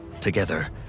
together